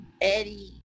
Eddie